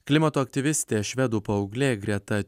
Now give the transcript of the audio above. klimato aktyvistė švedų paauglė greta